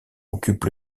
occupe